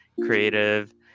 creative